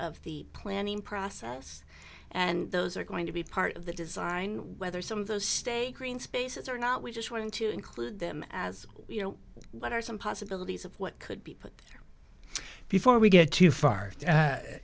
of the planning process and those are going to be part of the design whether some of those stay green spaces or not we're just going to include them as you know what are some possibilities of what could be put before we get too far